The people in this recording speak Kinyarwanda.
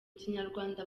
kinyarwanda